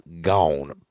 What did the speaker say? gone